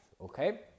Okay